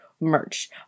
merch